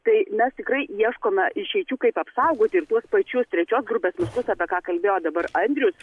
tai mes tikrai ieškome išeičių kaip apsaugoti ir tuos pačius trečios grupės miškus apie ką kalbėjo dabar andrius